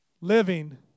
living